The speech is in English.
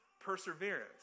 perseverance